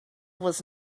was